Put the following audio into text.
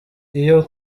iyo